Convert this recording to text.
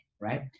Right